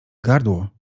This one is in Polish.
gardło